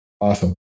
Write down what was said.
Awesome